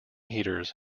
heaters